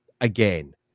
again